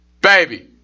baby